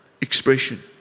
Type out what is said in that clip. expression